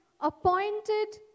appointed